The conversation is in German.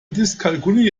dyskalkulie